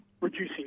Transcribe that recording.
reducing